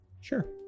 Sure